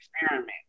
experiment